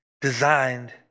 designed